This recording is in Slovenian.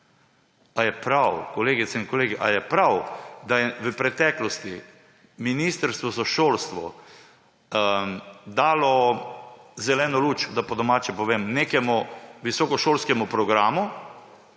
Ali je prav, kolegice in kolegi, ali je prav, da je v preteklosti ministrstvo za šolstvo dalo zeleno luč – da po domače povem – nekemu visokošolskemu programu,